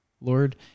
Lord